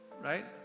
right